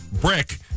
Brick